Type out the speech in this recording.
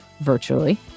virtually